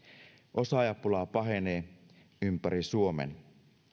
osaajapula pahenee ympäri suomen